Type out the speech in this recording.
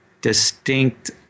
distinct